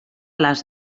les